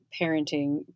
parenting